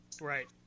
Right